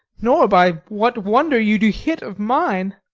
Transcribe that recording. nor by what wonder you do hit of mine